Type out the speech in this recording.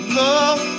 love